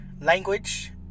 Language